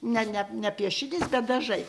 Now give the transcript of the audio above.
ne ne ne piešinys dažnai